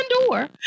endure